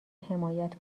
حمایت